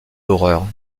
d’horreur